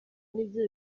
nibyo